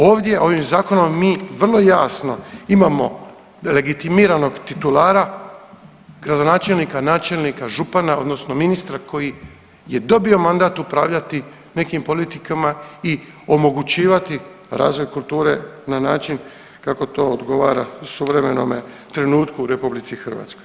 Ovdje ovim zakonom mi vrlo jasno imamo legitimiranog titulara gradonačelnika, načelnika, župana odnosno ministra koji je dobio mandat upravljati nekim politikama i omogućivati razvoj kulture na način kako to odgovara suvremenome trenutku u RH.